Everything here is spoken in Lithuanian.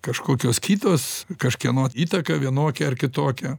kažkokios kitos kažkieno įtaka vienokia ar kitokia